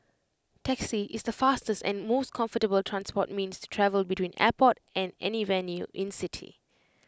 taxi is the fastest and most comfortable transport means to travel between airport and any venue in city